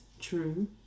true